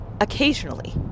occasionally